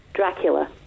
Dracula